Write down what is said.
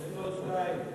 תן לו עוד שתיים.